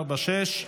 146),